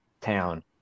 town